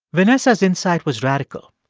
vanessa's insight was radical.